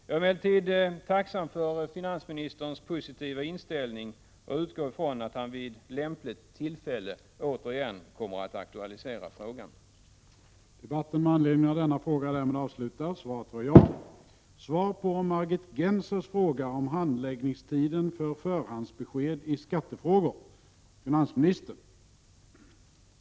Jag är emellertid tacksam för finansministerns positiva inställning, och jag utgår från att han vid lämpligt tillfälle återigen kommer att aktualisera Prot. 1987/88:62